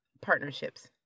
partnerships